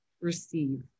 receive